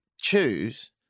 choose